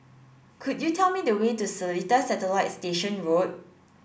could you tell me the way to Seletar Satellite Station Road